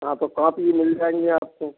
हाँ तो कॉपी मिल जाएंगे आपको